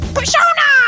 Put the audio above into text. Persona